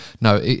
No